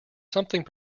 something